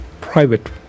private